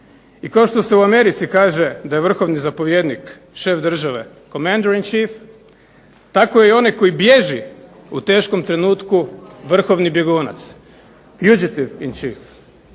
I kao što se u Americi kaže da je vrhovni zapovjednik šef države, commandering chef, tako je i onaj koji bježi u teškom trenutku vrhovni bjegunac, fugitive in chef.